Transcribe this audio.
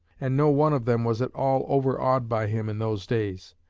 and no one of them was at all overawed by him in those days.